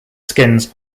skins